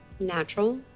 natural